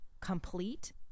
complete